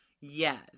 Yes